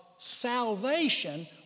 Salvation